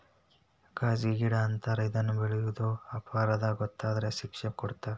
ಗಾಂಜಾಗಿಡಾ ಅಂತಾರ ಇದನ್ನ ಬೆಳಿಯುದು ಅಪರಾಧಾ ಗೊತ್ತಾದ್ರ ಶಿಕ್ಷೆನು ಕೊಡತಾರ